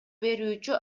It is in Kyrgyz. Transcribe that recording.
берүүчү